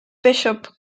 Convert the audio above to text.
bishop